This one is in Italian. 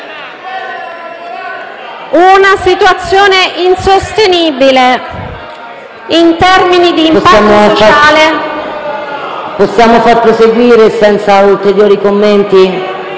...una situazione insostenibile in termini di impatto sociale... PRESIDENTE. Possiamo far proseguire senza ulteriori commenti?